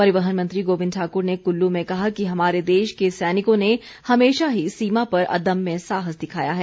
परिवहन मंत्री गोबिंद ठाकुर ने कुल्लू में कहा कि हमारे देश के सैनिकों ने हमेशा ही सीमा पर अदम्य साहस दिखाया है